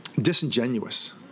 disingenuous